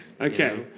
Okay